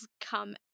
come